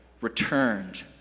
returned